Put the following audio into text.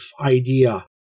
idea